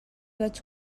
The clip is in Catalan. vaig